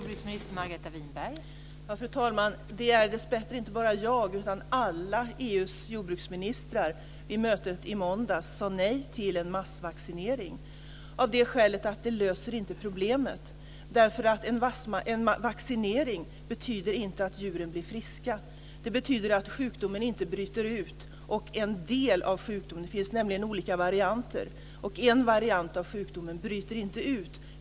Fru talman! Det är dessbättre inte bara jag, utan alla EU:s jordbruksministrar på mötet i måndags sade nej till en massvaccinering av det skälet att det inte löser problemet. En vaccinering betyder inte att djuren blir friska. Det betyder att sjukdomen inte bryter ut - eller en del av sjukdomen. Det finns olika varianter, och en variant av sjukdomen bryter inte ut.